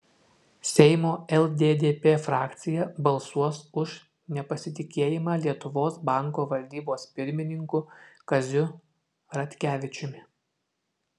seimo lddp frakcija balsuos už nepasitikėjimą lietuvos banko valdybos pirmininku kaziu ratkevičiumi